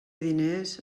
diners